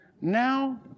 Now